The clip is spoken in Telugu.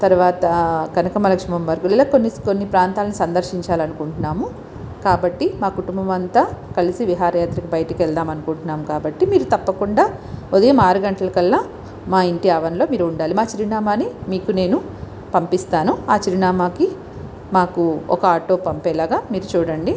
తర్వాత కనక మహా లక్ష్మి అమ్మ ఇలా కొన్ని కొన్ని ప్రాంతాలని సందర్శించాలి అనుకుంటున్నాము కాబట్టి మా కుటుంబం అంతా కలిసి విహార యాత్రకు బయటకు వెళ్దాం అనుకుంటున్నాము కాబట్టీ మీరు తప్పకుండా ఉదయం ఆరు గంటలకల్లా మా ఇంటి ఆవరణలో మీరు ఉండాలి మా చిరునామాని మీకు నేను పంపిస్తాను ఆ చిరునామాకి మాకు ఒక ఆటో పంపేలాగ మీరు చూడండి